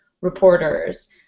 reporters